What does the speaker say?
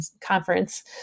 conference